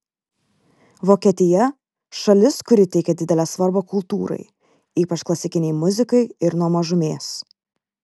vokietija šalis kuri teikia didelę svarbą kultūrai ypač klasikinei muzikai ir nuo mažumės